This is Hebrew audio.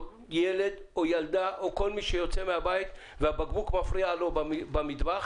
ילד או ילדה או כל מי שיוצא מהבית והבקבוק מפריע לו במטבח,